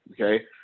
okay